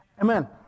Amen